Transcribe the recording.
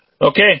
Okay